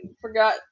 forgot